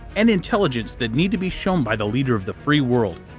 and intelligence that need to be shown by the leader of the free world!